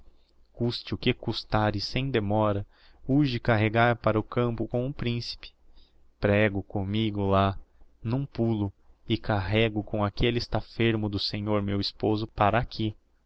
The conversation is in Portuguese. custe o que custar e sem demora urge carregar para o campo com o principe prego commigo lá n'um pulo e carrégo com aquelle estafermo do senhor meu esposo para aqui